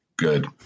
good